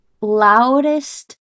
loudest